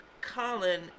Colin